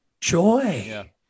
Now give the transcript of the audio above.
joy